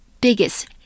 biggest